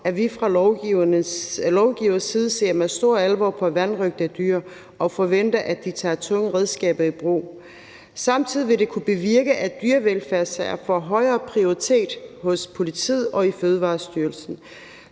at vi fra lovgivers side ser med stor alvor på vanrøgt af dyr og forventer, at de tager tunge redskaber i brug. Samtidig vil det kunne bevirke, at dyrevelfærdssager får højere prioritering hos politiet og i Fødevarestyrelsen.